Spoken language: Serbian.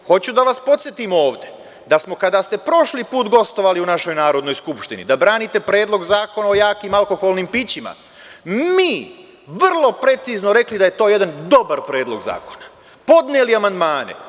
Hoću da vas podsetim ovde da smo kada ste prošli put gostovali u našoj Narodnoj skupštini da branite Predlog zakona o jakim alkoholnim pićima, mi vrlo precizno rekli da je to jedan dobar Predlog zakona, podneli amandmane.